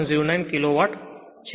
09 kilowatt છે